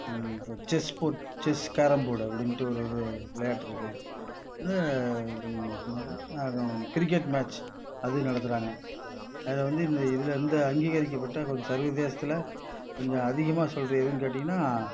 இப்போ chess board chess carrom board அப்படின்ட்டு ஒரு இது விளையாட்டு இருக்குது இன்னொன்னு என்னது கிரிக்கெட் மேட்ச் அது நடத்துகிறாங்க அதில் வந்து இந்த இதில் இந்த அங்கீகரிக்கப்பட்ட சர்வதேசத்தில் கொஞ்சம் அதிகமாக சொல்கிறது எதுன்னு கேட்டிங்கன்னா